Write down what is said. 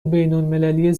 بینالمللی